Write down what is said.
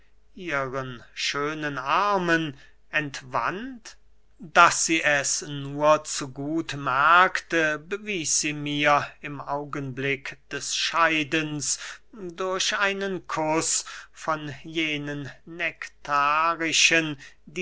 ihren schönen armen entwand daß sie es nur zu gut merkte bewies sie mir im augenblick des scheidens durch einen kuß von jenen